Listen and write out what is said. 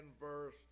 verse